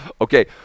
Okay